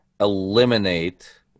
Eliminate